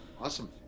Awesome